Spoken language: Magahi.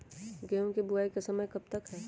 गेंहू की बुवाई का समय कब तक है?